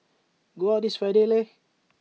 go out this Friday Lei